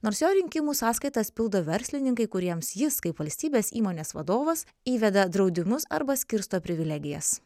nors jo rinkimų sąskaitas pildo verslininkai kuriems jis kaip valstybės įmonės vadovas įveda draudimus arba skirsto privilegijas